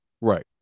Right